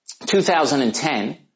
2010